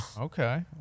Okay